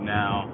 now